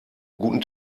guten